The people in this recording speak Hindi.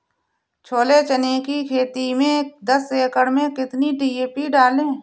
छोले चने की खेती में दस एकड़ में कितनी डी.पी डालें?